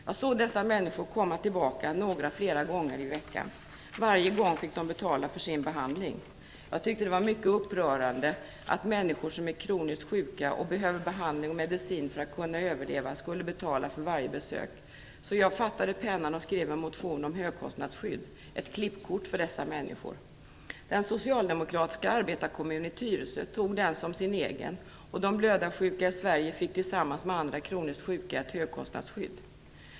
Jag såg dessa människor komma tillbaka - några flera gånger i veckan. Varje gång fick de betala för sin behandling. Jag tyckte att det var mycket upprörande att människor som var kroniskt sjuka och behövde behandling och medicin för att kunna överleva måste betala för varje besök. Jag fattade pennan och skrev en motion om högkostnadsskydd - ett klippkort - för dessa människor. Den socialdemokratiska arbetarekommunen i Tyresö tog till sig motionen och betraktade den som sin egen. De blödarsjuka i Sverige fick tillsammans med andra kroniskt sjuka ett högkostnadsskydd.